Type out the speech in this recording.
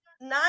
nine